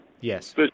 Yes